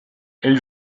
elle